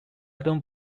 don’t